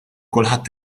kulħadd